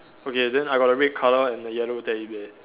okay then I got the red color one and the yellow teddy bear